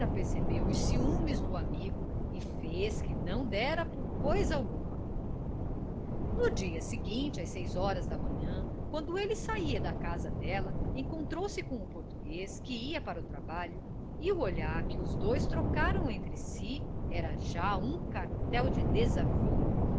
percebeu os ciúmes do amigo e fez que não dera por coisa alguma no dia seguinte às seis horas da manhã quando ele saia da casa dela encontrou-se com o português que ia para o trabalho e o olhar que os dois trocaram entre si era já um cartel de desafio